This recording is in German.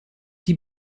die